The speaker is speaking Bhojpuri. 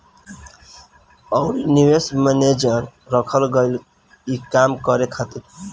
अउरी निवेश मैनेजर रखल गईल ई काम करे खातिर